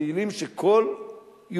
תהילים, שכל יהודי